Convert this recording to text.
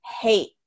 hate